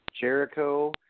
Jericho